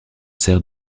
sert